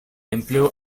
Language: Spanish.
empleó